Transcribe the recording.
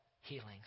healing